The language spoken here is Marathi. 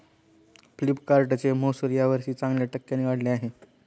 फ्लिपकार्टचे महसुल यावर्षी चांगल्या टक्क्यांनी वाढले आहे